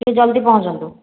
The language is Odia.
ଜଲଦି ପହଞ୍ଚନ୍ତୁ